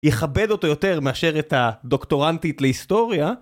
יכבד אותו יותר מאשר את הדוקטורנטית להיסטוריה.